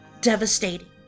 devastating